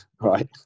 right